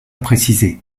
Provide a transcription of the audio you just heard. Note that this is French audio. préciser